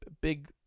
big